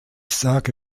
sage